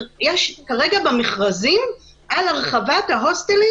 כרגע במכרזים על הרחבת ההוסטלים